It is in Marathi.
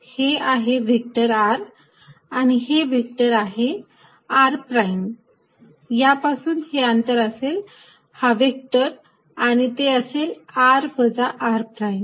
हे आहे व्हेक्टर r आणि हे व्हेक्टर आहे r प्राईम यापासून हे अंतर असेल हा व्हेक्टर आणि ते असेल r वजा r प्राईम